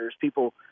people